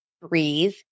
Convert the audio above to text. breathe